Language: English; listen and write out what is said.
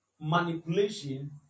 manipulation